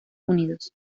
unidos